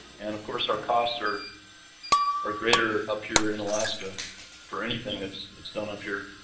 and of course, our costs are are greater appear in alaska for anything that's that's done up here.